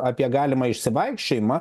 apie galimą išsivaikščiojimą